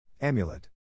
Amulet